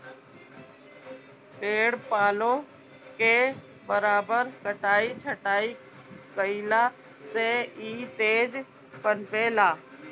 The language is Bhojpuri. पेड़ पालो के बराबर कटाई छटाई कईला से इ तेज पनपे ला